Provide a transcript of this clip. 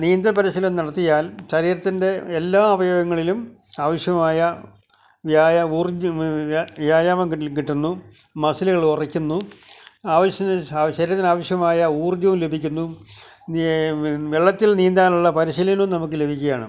നീന്തൽ പരിശീലനം നടത്തിയാല് ശരീരത്തിന്റെ എല്ലാ അവയവങ്ങളിലും ആവശ്യമായ ഊര്ജ്ജം വ്യായാമം കിട്ടുന്നു മസിലുകൾ ഉറയ്ക്കുന്നു ആവശ്യത്തിന് ശരീരത്തിന് ആവശ്യമായ ഊര്ജ്ജവും ലഭിക്കുന്നു വെള്ളത്തില് നീന്താനുള്ള പരിശീലനവും നമുക്ക് ലഭിക്കുകയാണ്